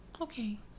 Okay